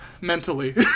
Mentally